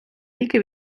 ліки